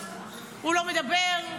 הוא לא מדבר,